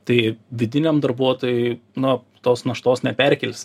tai vidiniam darbuotojui nu tos naštos neperkelsi